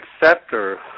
acceptor